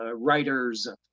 writers